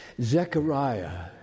Zechariah